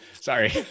Sorry